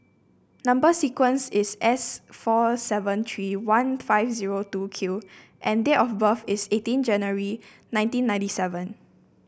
number sequence is S four seven three one five zero two Q and date of birth is eighteen January nineteen ninety seven